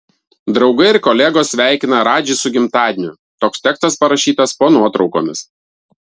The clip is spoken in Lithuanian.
draugai ir kolegos sveikina radžį su gimtadieniu toks tekstas parašytas po nuotraukomis